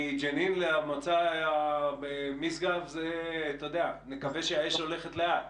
מג'נין למועצה במשגב, נקווה שהאש הולכת לאט.